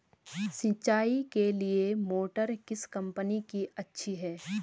सिंचाई के लिए मोटर किस कंपनी की अच्छी है?